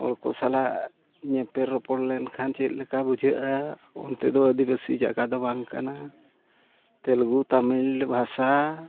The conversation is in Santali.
ᱦᱚᱲᱠᱚ ᱥᱟᱞᱟᱜ ᱧᱮᱯᱮᱞ ᱨᱚᱯᱚᱲ ᱞᱮᱱᱠᱷᱟᱱ ᱪᱮᱫ ᱞᱮᱠᱟ ᱵᱩᱡᱷᱟᱹᱜᱼᱟ ᱚᱱᱛᱮ ᱫᱚ ᱟᱹᱫᱤᱵᱟᱹᱥᱤ ᱡᱟᱭᱜᱟ ᱫᱚ ᱵᱟᱝ ᱠᱟᱱᱟ ᱛᱮᱞᱜᱩ ᱛᱟᱹᱢᱤᱞ ᱵᱷᱟᱥᱟ